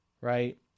right